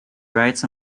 writes